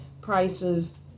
prices